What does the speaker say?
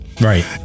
Right